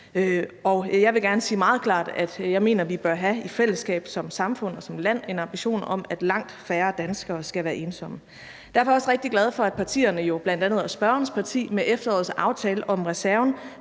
Jeg vil gerne sige meget klart, at jeg mener, at vi i fællesskab som samfund og som land bør have en ambition om, at langt færre danskere skal være ensomme. Derfor er jeg også rigtig glad for, at partierne jo, bl.a. spørgerens parti, med efterårets aftale om reserven